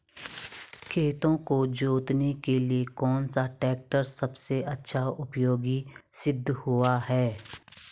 खेतों को जोतने के लिए कौन सा टैक्टर सबसे अच्छा उपयोगी सिद्ध हुआ है?